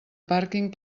pàrquing